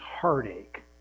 heartache